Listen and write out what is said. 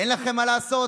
אין לכם מה לעשות?